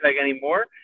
anymore